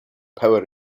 power